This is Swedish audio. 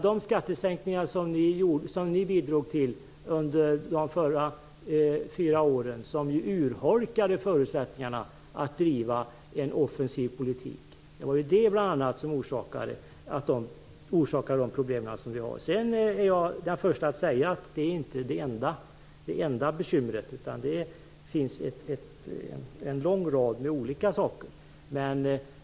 De skattesänkningar som ni bidrog till under den förra regeringen urholkade förutsättningarna att driva en offensiv politik. Det var bl.a. det som orsakade de problem som vi har. Jag är den första att säga att det inte är det enda bekymret. Det finns en lång rad olika saker.